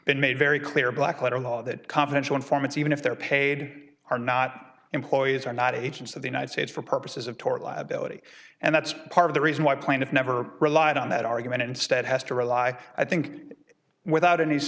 been made very clear black letter law that confidential informants even if they're paid are not employees are not agents of the united states for purposes of tort liability and that's part of the reason why plaintiff never relied on that argument instead has to rely i think without a